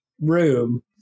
room